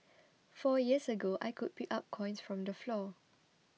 four years ago I could pick up coins from the floor